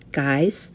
guys